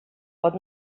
pot